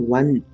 one